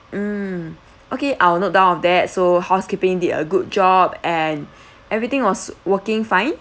mm okay I'll note down of that so housekeeping did a good job and everything was working fine